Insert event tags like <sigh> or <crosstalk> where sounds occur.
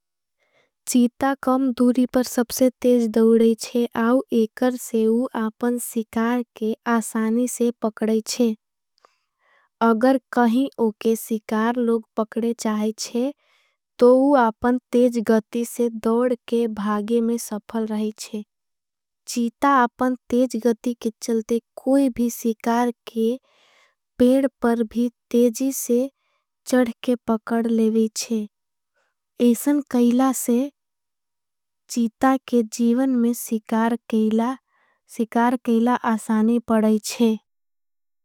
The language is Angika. चीता कम दूरी पर सबसे तेज दोड़ेंचे, आव एकर से उआपन सिकार के आसानी से पकड़ेंचे। अगर कहीं उके सिकार लोग पकड़े चाहेंचे, तो उआपन तेज गती से दोड़ के भागे में सफल रहींचे। चीता आपन तेज गती के चलते कोई भी सिकार के पेड़ पर भी तेजी से चड़ के पकड़ लेवीचे। एसन कहीला से चीता के जीवन में सिकार केला <hesitation> आसानी पड़ेंचे।